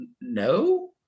No